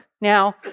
Now